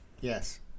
Yes